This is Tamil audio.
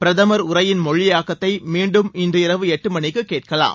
பிரதமர் உரையின் மொழியாக்கத்தை மீண்டும் இன்றிரவு எட்டு மணிக்கு கேட்கலாம்